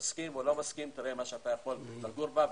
מסכים או לא זה מה שאתה יכול לגור בה.